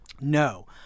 no